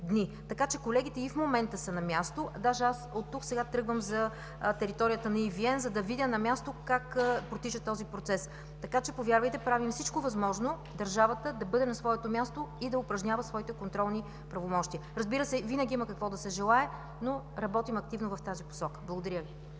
дни. Така че колегите и в момента са на място, даже аз сега оттук тръгвам за територията на EVN, за да видя на място как протича този процес. Повярвайте, правим всичко възможно държавата да бъде на своето място и да упражнява своите контролни правомощия. Разбира се, винаги има какво да се желае, но работим активно в тази посока. Благодаря Ви.